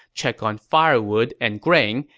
check on firewood and grain,